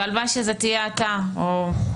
והלוואי שזה תהיה אתה או מישהו מהאנשים שנמצאים כאן.